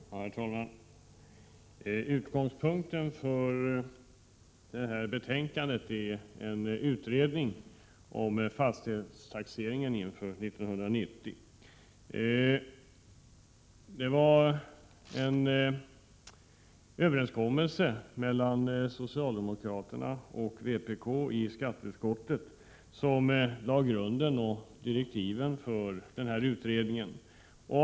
Herr talman! Utgångspunkten för detta betänkande är en utredning om fastighetstaxeringen inför 1990. En överenskommelse mellan socialdemokraterna och vpk i skatteutskottet lade grunden och klarlade direktiven för denna utredning.